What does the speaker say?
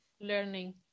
learning